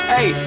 Hey